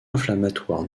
inflammatoire